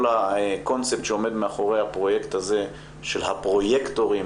כל הקונספט שעומד מאחורי הפרויקט הזה של הפרוייקטורים